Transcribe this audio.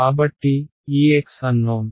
కాబట్టి ఈ x unknown